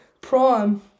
Prime